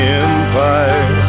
empire